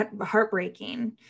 heartbreaking